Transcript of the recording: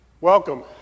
Welcome